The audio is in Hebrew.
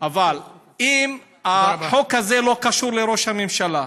אבל אם החוק הזה לא קשור לראש הממשלה,